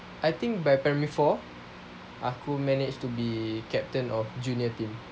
I think by primary four aku managed to be captain of junior team